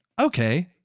okay